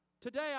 Today